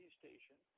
station